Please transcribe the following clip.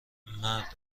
مرد